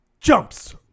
jumps